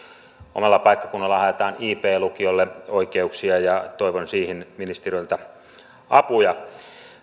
omalla paikkakunnallani haetaan ib lukiolle oikeuksia ja toivon siihen ministeriöltä apuja